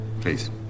Please